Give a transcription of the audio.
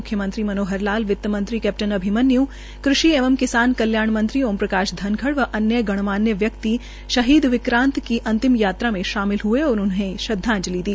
म्ख्यमंत्री मनोहर लाल वित मंत्री कैप्टन अभिमन्य् कृषि एवं किसान कल्याण मंत्री ओमप्रकाश धनखड़ व अन्य गणमान्य व्यक्ति शहीद विक्रांत की अंतिम यात्रा में शामिल हए और उन्हें श्रद्वाजलि दी